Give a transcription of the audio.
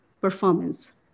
performance